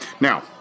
now